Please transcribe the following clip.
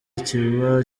kiba